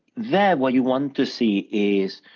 there what you want to see is,